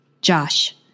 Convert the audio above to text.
Josh